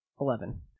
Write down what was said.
Eleven